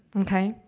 okay?